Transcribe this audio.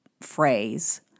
phrase